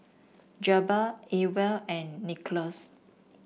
Jabbar Ewell and Nicklaus